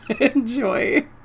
enjoy